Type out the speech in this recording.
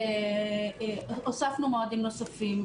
הוספנו מועדים נוספים.